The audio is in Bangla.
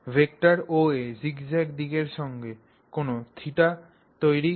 ভেক্টর OA জিগজ্যাগ দিকের সঙ্গে কোণ θ তৈরি করে